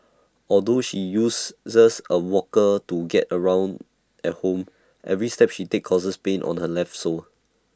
although she uses A walker to get around at home every step she takes causes pain on her left sole